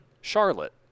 Charlotte